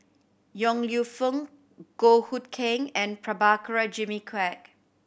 Yong Lew Foong Goh Hood Keng and Prabhakara Jimmy Quek